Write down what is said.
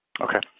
okay